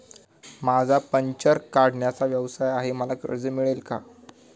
माझा पंक्चर काढण्याचा व्यवसाय आहे मला कर्ज मिळेल का?